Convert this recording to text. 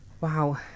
Wow